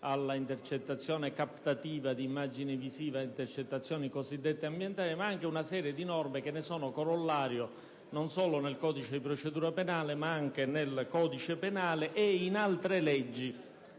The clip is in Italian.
alle intercettazioni captative di immagini visive e alle intercettazioni cosiddette ambientali, ma anche ad una serie di norme che ne sono corollario, non solo del codice di procedura penale, ma anche del codice penale ed in altre leggi